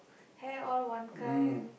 hair all one kind